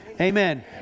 Amen